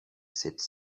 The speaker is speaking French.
cette